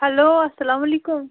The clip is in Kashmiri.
ہیلو اسلام علیکُم